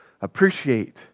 appreciate